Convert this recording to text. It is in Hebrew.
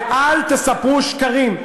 ואל תספרו שקרים,